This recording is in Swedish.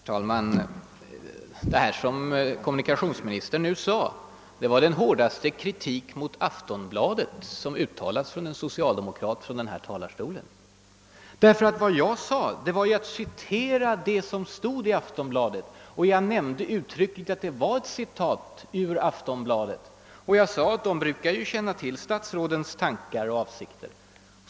Herr talman! Det som kommunikationsministern nu sade var nog den hårdaste kritik mot Aftonbladet, som uttalats av en socialdemokrat från denna talarstol. Jag citerade nämligen bara vad som stod i Aftonbladet och nämnde uttryckligen att det var ett citat ur den tidningen. Vidare sade jag att Aftonbladet ju brukar känna till statsrådens tankar och avsikter.